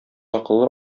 акыллы